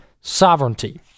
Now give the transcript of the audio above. sovereignty